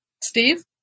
Steve